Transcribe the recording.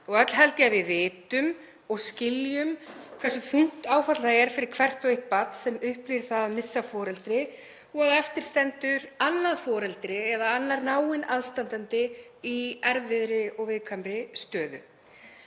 og öll held ég að við vitum og skiljum hversu þungt áfall það er fyrir hvert og eitt barn sem upplifir það að missa foreldri og að eftir stendur annað foreldri eða annar náin aðstandandi í erfiðri og viðkvæmri stöðu.